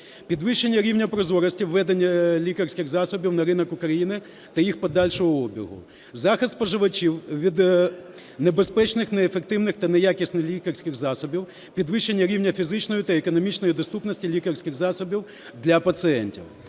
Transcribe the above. Підвищення рівня прозорості введення лікарських засобів на ринок України та їх подальшого обігу. Захист споживачів від небезпечних, неефективних та неякісних лікарських засобів, підвищення рівня фізичної та економічної доступності лікарських засобів для пацієнтів.